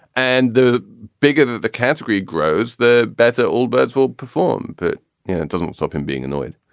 and the bigger the category grows, the better all birds will perform. but and it doesn't stop him being annoyed.